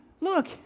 look